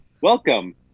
welcome